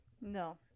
No